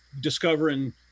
discovering